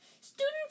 Students